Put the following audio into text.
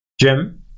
Jim